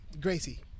Gracie